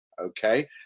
Okay